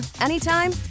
anytime